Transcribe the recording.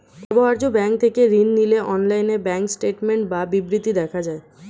ব্যবহার্য ব্যাঙ্ক থেকে ঋণ নিলে অনলাইনে ব্যাঙ্ক স্টেটমেন্ট বা বিবৃতি দেখা যায়